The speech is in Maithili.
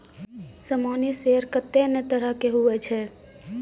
सामान्य शेयर कत्ते ने तरह के हुवै छै